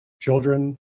children